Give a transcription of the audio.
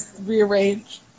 rearrange